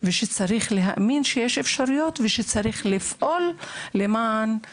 וצריך לפעול על מנת לממש אותן.